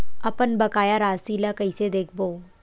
अपन बकाया राशि ला कइसे देखबो?